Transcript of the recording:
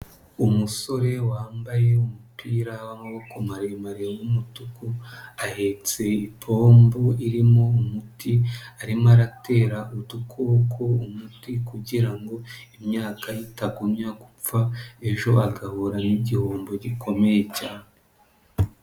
Umusore wambaye umupira w'amaboko maremare w'umutuku, ahetse ipombo irimo umuti, arimo aratera udukoko umuti kugira ngo imyaka ye itagumya gupfa, ejo agahura n'igihombo gikomeye cyane.